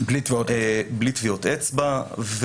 בלי טביעות אצבע.